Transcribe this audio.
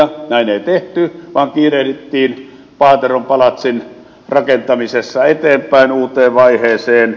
näin ei tehty vaan kiirehdittiin paateron palatsin rakentamisessa eteenpäin uuteen vaiheeseen